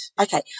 Okay